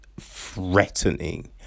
Threatening